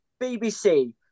BBC